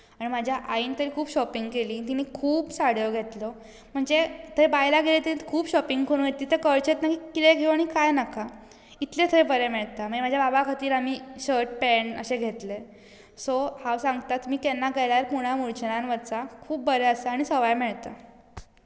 आनी म्हज्या आईन तर खूब शॉपींग केली तिणें खूब साडयो घेतल्यो म्हणजे थंय बायलां गेली तर खूब शॉपींग करून वतली थंय कळचेंच ना की कितें घेवूं आनी कांय नाका इतलें थंय बरें मेळटा म्हज्या बाबा खातीर आमी शर्ट पेंट अशें घेतले सो हांव सांगतां तुमी केन्ना गेल्यार पुणा मुळचंदान वचात खूब बरें आसा आनी सवाय आसा